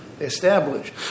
established